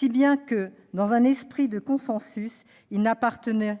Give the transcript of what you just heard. pourquoi, dans un esprit de consensus, il n'appartenait